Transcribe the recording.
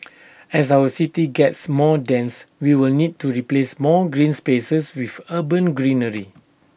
as our city gets more dense we will need to replace more green spaces with urban greenery